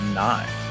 nine